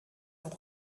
auch